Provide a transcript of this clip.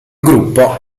gruppo